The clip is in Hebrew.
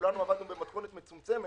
וכולנו עבדנו במתכונת מצומצמת.